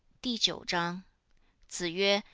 di jiu zhang zi yue,